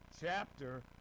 chapter